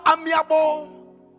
amiable